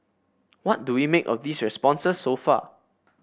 what do we make of these responses so far